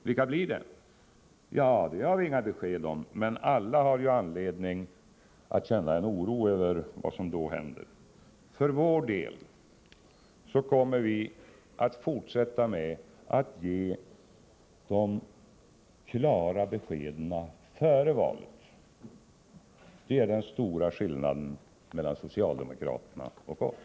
Om det har vi inte fått några besked, men alla har vi anledning att känna oro över vad som då kan hända. Vi kommer att fortsätta att ge klara besked före valet. Det är den stora skillnaden mellan socialdemokraterna och oss.